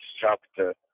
chapter